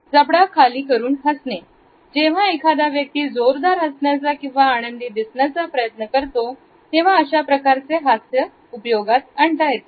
जबडा खाली करून हसणे जेव्हा एखादा व्यक्ती जोरदार हसण्याचा किंवा आनंदी दिसण्याचा प्रयत्न करते तेव्हा अशा प्रकारचा हास याचा उपयोग होतो